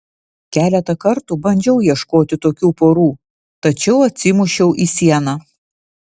keletą kartų bandžiau ieškoti tokių porų tačiau atsimušiau į sieną